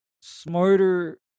smarter